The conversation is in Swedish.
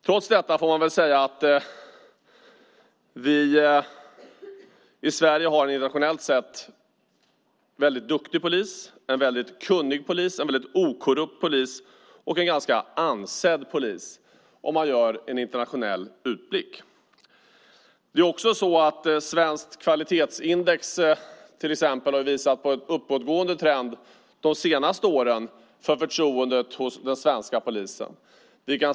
Trots detta måste man säga att vi har väldigt duktig och kunnig polis i Sverige. Vi har väldigt okurrupt och ganska ansedd polis om vi gör en internationell utblick. Svenskt kvalitetsindex har de senaste åren visat på en uppåtgående trend när det gäller förtroendet för den svenska polisen.